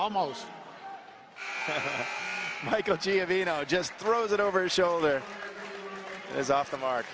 almost michael g of you know just throws it over his shoulder is off the mark